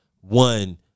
one